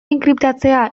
enkriptatzea